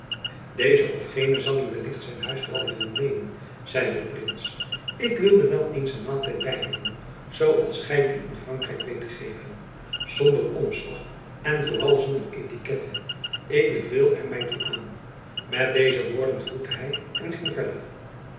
deze of gene zal u wellicht zijn huis wel willen leenen zeide de prins ik wilde wel eens een maaltijd bijwonen zoo als gy die in frankrijk weet te geven zonder omslag en vooral zonder etikette ik beveel er my toe aan met deze woorden groette hy en ging verder